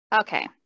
Okay